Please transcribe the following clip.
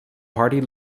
party